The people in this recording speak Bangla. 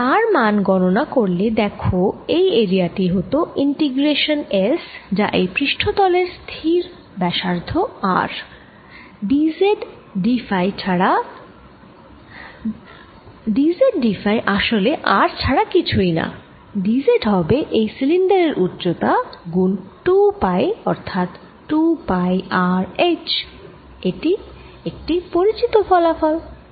আর তার মান গণণা করলে দেখ এই এরিয়া টি হত ইন্টিগ্রেশান S যা এই পৃষ্ঠ তলের স্থির ব্যাসার্ধ R d z d phi আসলে R ছাড়া কিছুই না d z হবে এই সিলিন্ডার এর উচ্চতা গুণ 2 পাই অর্থাৎ 2 পাই R H একটি পরিচিত ফলাফল